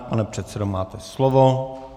Pane předsedo, máte slovo.